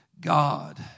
God